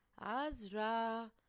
Azra